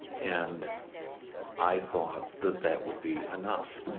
and i thought that that would be enough.